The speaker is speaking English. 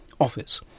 office